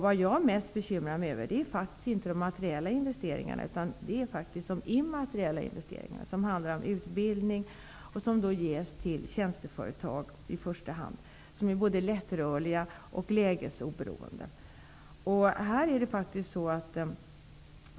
Vad jag bekymrar mig mest över är inte de materiella investeringarna utan de immateriella investeringarna som handlar om utbildning och som ges till i första hand tjänsteföretag, som är både lättrörliga och lägesoberoende.